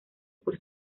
por